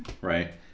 Right